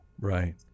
Right